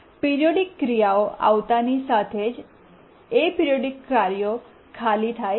periodic ક્રિયાઓ આવતાની સાથે જ એપરિઓડીક કાર્યો ખાલી થાય છે